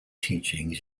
teachings